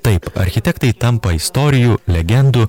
taip architektai tampa istorijų legendų